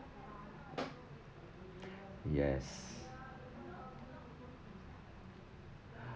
yes